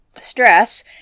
Stress